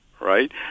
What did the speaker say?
Right